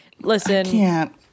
listen